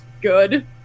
good